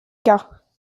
cas